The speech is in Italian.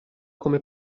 come